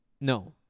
No